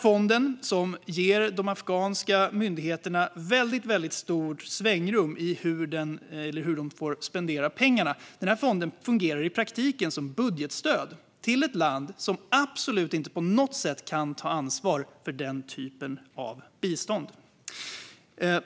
Fonden ger de afghanska myndigheterna stort svängrum när det gäller hur de får spendera pengarna och fungerar i praktiken som budgetstöd till ett land som absolut inte på något sätt kan ta ansvar för den typen av bistånd.